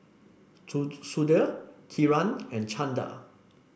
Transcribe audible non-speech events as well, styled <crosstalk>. <unintelligible> Sudhir Kiran and Chanda